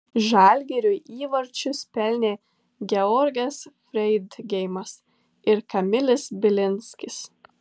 žalgiriui įvarčius pelnė georgas freidgeimas ir kamilis bilinskis